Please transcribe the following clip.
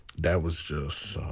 that was just.